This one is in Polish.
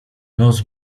noc